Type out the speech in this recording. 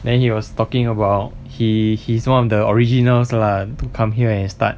then he was talking about he he's one of the originals lah to come here and start